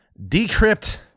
decrypt